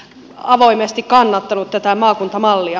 avoimesti kannattanut tätä maakuntamallia